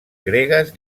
gregues